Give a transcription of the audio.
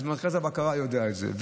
אז מרכז הבקרה יודע את זה,